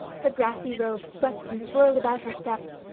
her grassy robe swept and swirled about her steps,